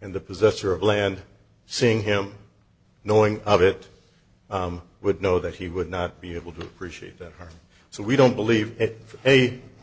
and the possessor of land seeing him knowing of it would know that he would not be able to appreciate that harm so we don't believe it for